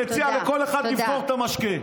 מציע לכל אחד לבחור את המשקה.